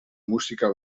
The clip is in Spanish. música